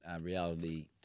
reality